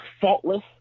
faultless